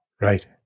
Right